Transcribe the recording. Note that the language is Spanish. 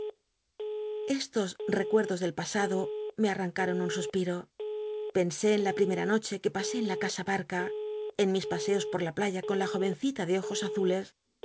estos recuerdos del pasado me atrancaron un suspiro pensé en la primera noche que pasé en la casa batca en mis paseos por la playa con la jovencita de ojos azules